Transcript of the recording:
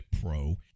Pro